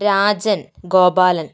രാജന് ഗോപാലന്